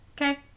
okay